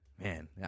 man